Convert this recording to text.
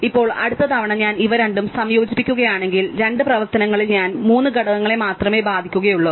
ഇപ്പോൾ അടുത്ത തവണ ഞാൻ ഇവ രണ്ടും സംയോജിപ്പിക്കുകയാണെങ്കിൽ രണ്ട് പ്രവർത്തനങ്ങളിൽ ഞാൻ മൂന്ന് ഘടകങ്ങളെ മാത്രമേ ബാധിക്കുകയുള്ളൂ